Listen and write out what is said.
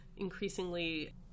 increasingly